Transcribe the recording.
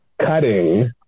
cutting